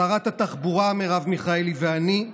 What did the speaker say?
שרת התחבורה מרב מיכאלי ואני,